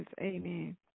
amen